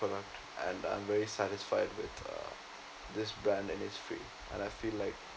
and um I'm very satisfied with uh this brand innisfree and I feel like